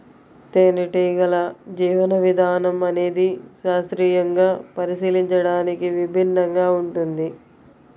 తేనెటీగల జీవన విధానం అనేది శాస్త్రీయంగా పరిశీలించడానికి విభిన్నంగా ఉంటుంది